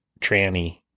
tranny